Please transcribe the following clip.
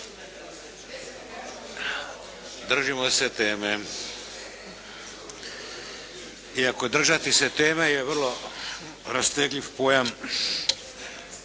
Držimo se teme. Iako je držati se teme je vrlo rastegljiv pojam.